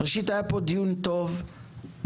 ראשית, היה פה דיון טוב ורציני.